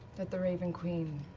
that the raven queen